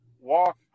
walk